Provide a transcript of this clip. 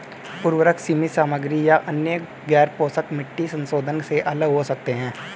उर्वरक सीमित सामग्री या अन्य गैरपोषक मिट्टी संशोधनों से अलग हो सकते हैं